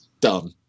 Done